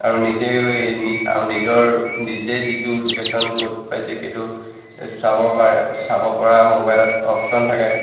আৰু নিজেই নিজৰ নিজে যিটো লোকেশ্যন ক'ড পাইছে সেইটো চাব পাৰে চাব পৰা মোবাইলত অপশ্যন থাকে